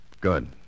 Good